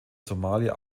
somalia